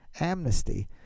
Amnesty